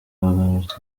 bagarutse